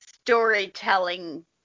storytelling